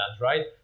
right